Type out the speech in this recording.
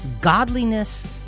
godliness